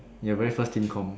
ya very first team com